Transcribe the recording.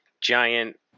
giant